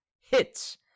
hits